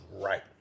right